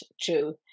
true